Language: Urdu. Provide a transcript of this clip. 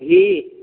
گھی